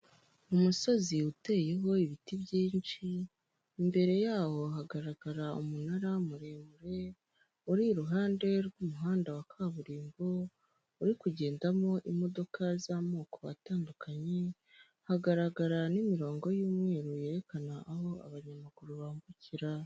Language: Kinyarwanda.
Umusozi uteyeho ibiti byinshi, imbere yawo hagaragara umunara muremure, uri iruhande rw'umuhanda wa kaburimbo, uri kugendamo imodoka z'amoko atandukanye, hagaragara n'imirongo y'umweru yerekana aho abanyamaguru bambukira.